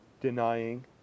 denying